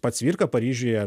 pats cvirka paryžiuje